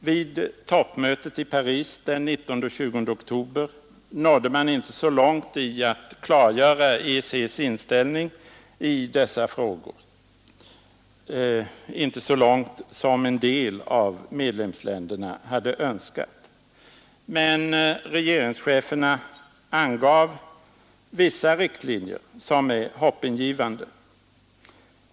Vid toppmötet i Paris den 19 och 20 oktober nådde man inte så långt i att klargöra EEC':s inställning i dessa frågor, som en del av medlemsländerna hade önskat. Men regeringscheferna angav vissa riktlinjer, som är hoppingivande.